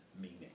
meaning